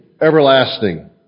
everlasting